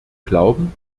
glauben